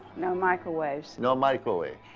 no microwaves. no microwaves.